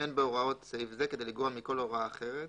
אין בהוראות סעיף זה כדי לגרוע מכל הוראה אחרת,